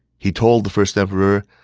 he told the first emperor,